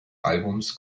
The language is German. albums